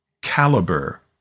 caliber